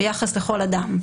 ביחס לכל אדם",